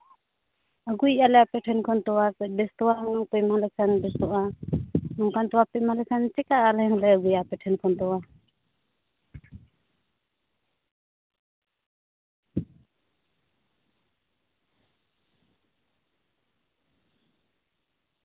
ᱟᱹᱜᱩᱭᱮᱫᱟ ᱞᱮ ᱟᱯᱮ ᱴᱷᱮᱱ ᱠᱷᱚᱱ ᱛᱚᱣᱟ ᱠᱚ ᱵᱮᱥ ᱛᱚᱣᱟ ᱯᱮ ᱮᱢᱟᱞᱮ ᱠᱷᱟᱱ ᱵᱮᱥᱚᱜᱼᱟ ᱱᱚᱝᱠᱟᱱ ᱛᱚᱣᱟ ᱯᱮ ᱮᱢᱟᱞᱮ ᱠᱷᱟᱱ ᱪᱮᱫ ᱞᱮᱠᱟ ᱟᱞᱮ ᱦᱚᱸᱞᱮ ᱟᱹᱜᱩᱭᱟ ᱟᱯᱮ ᱴᱷᱮᱱ ᱠᱷᱚᱱ ᱫᱚ